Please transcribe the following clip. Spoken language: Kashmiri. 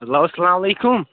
ہیٚلو اسلام علیکُم